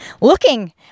looking